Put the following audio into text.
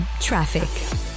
Traffic